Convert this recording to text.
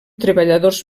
treballadors